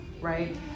right